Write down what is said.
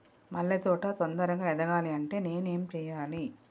మల్లె తోట తొందరగా ఎదగాలి అంటే నేను ఏం చేయాలి?